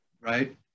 right